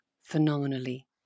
phenomenally